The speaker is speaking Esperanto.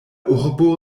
urbo